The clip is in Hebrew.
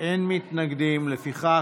(חיסיון